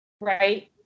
right